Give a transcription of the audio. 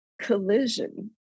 collision